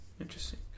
interesting